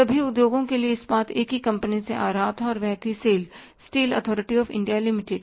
सभी उद्योगों के लिए इस्पात एक ही कंपनी से आ रहा था और वह थी SAIL steel authority of India limited